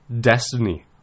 destiny